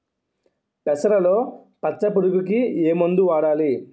పెసరలో పచ్చ పురుగుకి ఏ మందు వాడాలి?